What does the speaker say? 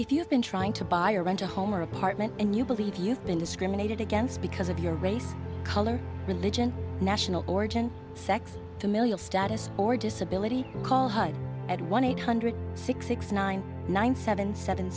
if you have been trying to buy or rent a home or apartment and you believe you've been discriminated against because of your race color religion national origin sex familial status or disability call at one eight hundred six six nine nine seven seven